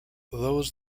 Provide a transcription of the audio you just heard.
those